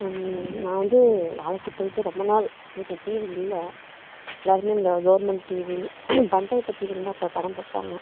நான் வந்து வேலைக்கு போய்ட்டு ரொம்ப நாள் வீட்டில டிவி இல்லை எல்லாருமே இந்த கவர்மெண்ட் டிவி பஞ்சாயத்து டிவியில தான் அப்போ படம் பார்ப்பாங்க